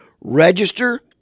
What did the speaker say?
Register